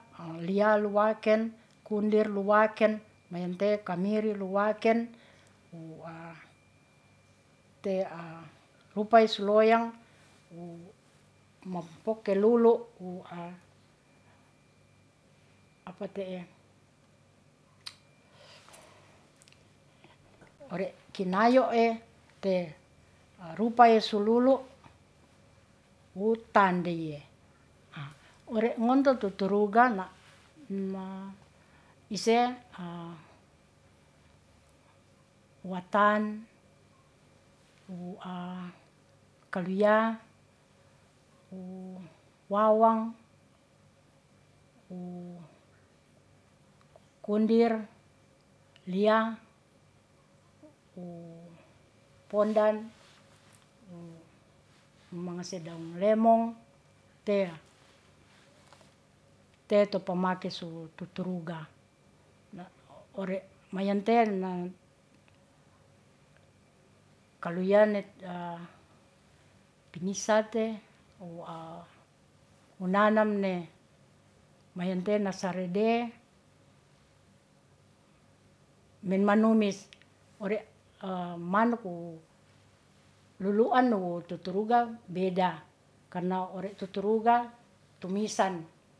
Liya luwaken kundir luwaken, mayante'e kamiri luwaken, wu te' rupae su loyang wu mampoke lulu wu ore kinayoe te rupae su lulu wu tandeye. Ore ngonto tuturuga na' ma ise watan wu kaluya, wu wawang, wu kundir, liya, wu pondan, wu i mangase daung lemong te'a, te to pamake su tuturuga ore mayante'e na kaluya ne pinisate wunanam ne mayante'e nasarede men manumis ore manuk wu lulu'an wu tuturuga beda karna ore tuturuga tumisan